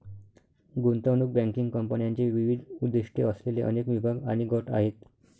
गुंतवणूक बँकिंग कंपन्यांचे विविध उद्दीष्टे असलेले अनेक विभाग आणि गट आहेत